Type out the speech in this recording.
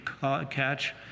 catch